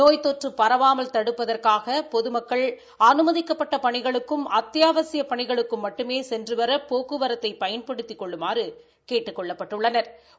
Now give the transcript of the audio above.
நோய் தொற்று பரவாமல் தடுப்பதற்காக பொதுமக்கள் அனுமதிக்கப்பட்ட பணிகளுக்கும் அத்தியாவசியப் பணிகளுக்கும் மட்டுமே சென்றுவர போக்குவரத்தை பயன்படுத்திக் கொள்ளுமாறு கேட்டுக்கொள்ளப் பட்டுள்ளனா்